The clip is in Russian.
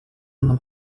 нам